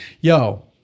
Yo